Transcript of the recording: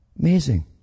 Amazing